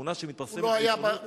התמונה שמתפרסמת בעיתונות,